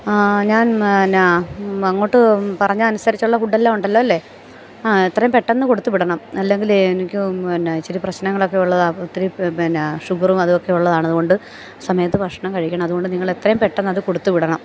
ആ ഞാൻ പിന്നെ അങ്ങോട്ട് പറഞ്ഞ അനുസരിച്ചുള്ള ഫുഡെല്ലാം ഉണ്ടല്ലോ അല്ലേ ആ എത്രയും പെട്ടെന്ന് കൊടുത്തു വിടണം അല്ലെങ്കിലേ എനിക്ക് പിന്നെ ഇച്ചിരി പ്രശ്നങ്ങളൊക്കെ ഉള്ളതാണ് ഒത്തിരി പിന്നെ ഷുഗറും അതൊക്കെ ഉള്ളതാണ് അതുകൊണ്ട് സമയത്ത് ഭക്ഷണം കഴിക്കണം അതുകൊണ്ട് നിങ്ങൾ എത്രയും പെട്ടെന്ന് അത് കൊടുത്തു വിടണം